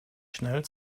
schnell